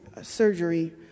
surgery